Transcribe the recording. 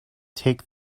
take